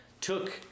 took